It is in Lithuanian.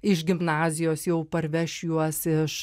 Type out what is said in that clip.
iš gimnazijos jau parveš juos iš